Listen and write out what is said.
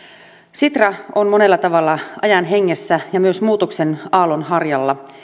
sitra on monella tavalla ajan hengessä ja myös muutoksen aallonharjalla